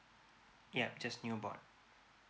yup just new born